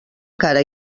cara